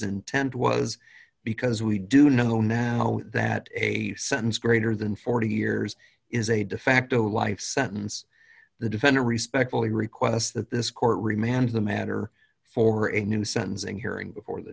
intent was because we do know now that a sentence greater than forty years is a de facto life sentence the defendant respectfully request that this court remember the matter for a new sentencing hearing before the